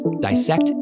dissect